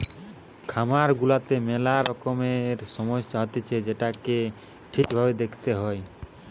খামার গুলাতে মেলা রকমের সমস্যা হতিছে যেটোকে ঠিক ভাবে দেখতে হয়